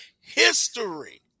history